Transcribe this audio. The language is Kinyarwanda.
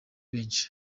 benshi